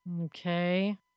Okay